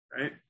Right